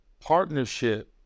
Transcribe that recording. Partnership